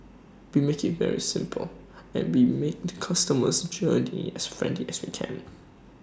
we make IT very simple and we make the customer's journey as friendly as we can